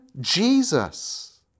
Jesus